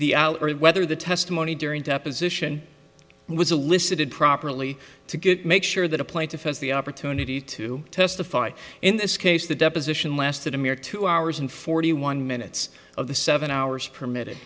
the whether the testimony during deposition was alyssa did properly to get make sure that a plaintiff has the opportunity to testify in this case the deposition lasted a mere two hours and forty one minutes of the seven hours permitted